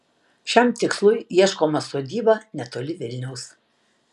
šiam tikslui ieškoma sodyba netoli vilniaus